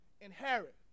inherit